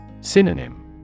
Synonym